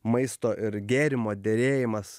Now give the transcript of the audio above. maisto ir gėrimo derėjimas